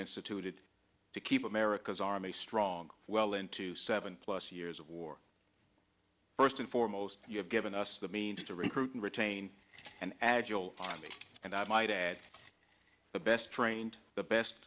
instituted to keep america's army strong well into seven plus years of war first and foremost you have given us the means to recruit and retain an agile army and i might add the best trained the best